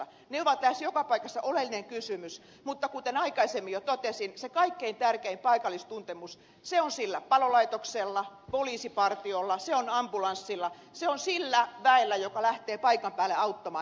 ne ovat lähes joka paikassa oleellinen kysymys mutta kuten aikaisemmin jo totesin se kaikkein tärkein paikallistuntemus on sillä palolaitoksella poliisipartiolla se on ambulanssilla se on sillä väellä joka lähtee paikan päälle auttamaan